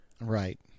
Right